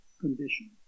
condition